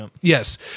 yes